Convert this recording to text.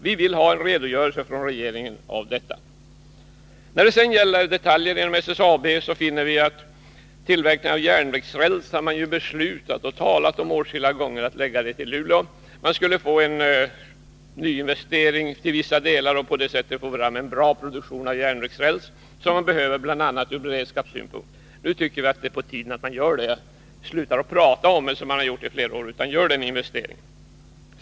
Vi vill ha en redogörelse från regeringen om detta. Så några ord om detaljer inom SSAB. När det gäller tillverkning av järnvägsräls finner vi att man flera gånger har talat om att förlägga den till Luleå. Där skulle man med nyinvesteringar få fram en bra produktion av järnvägsräls, som vi behöver ur beredskapssynpunkt. Vi vill att man nu slutar prata och i stället gör den investeringen.